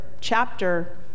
chapter